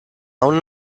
aún